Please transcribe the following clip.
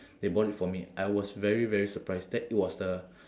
they bought it for me I was very very surprised that it was the